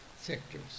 sectors